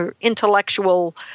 Intellectual